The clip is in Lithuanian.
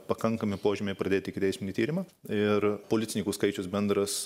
pakankami požymiai pradėti ikiteisminį tyrimą ir policininkų skaičius bendras